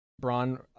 Braun